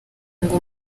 ngo